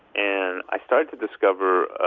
and i started to discover